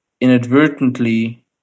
inadvertently